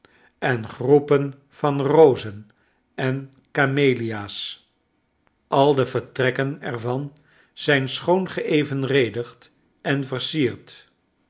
en groepen van rozen en camelia's al de vertrekken er van zijn schoon gesvenredigd en versierd